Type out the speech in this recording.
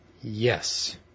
Yes